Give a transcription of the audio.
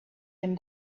him